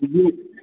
जी